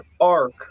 arc